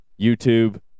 YouTube